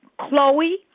Chloe